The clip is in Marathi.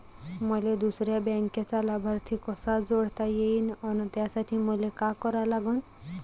मले दुसऱ्या बँकेचा लाभार्थी कसा जोडता येईन, अस त्यासाठी मले का करा लागन?